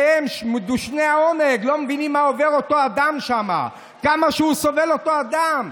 שהם מדושני עונג ולא מבינים מה עובר אותו אדם שם וכמה שסובל אותו אדם,